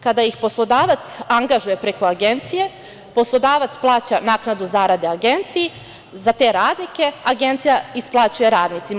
Kada ih poslodavac angažuje preko agencije, poslodavac plaća naknadu zarade agenciji za te radnike, agencija isplaćuje radnicima.